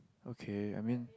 okay I mean